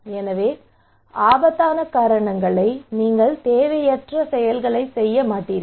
எனவே ஆபத்தான காரணங்களை நீங்கள் தேவையற்ற தேவையற்ற செயல்களைச் செய்ய மாட்டீர்கள்